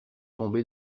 tomber